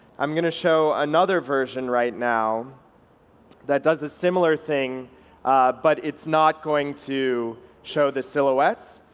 i'm going to show another version right now that does a similar thing but it's not going to show the silhouette s,